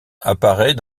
apparaît